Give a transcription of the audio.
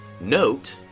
note